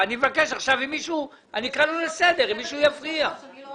התקציב נבנה במהלך שנת